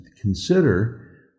consider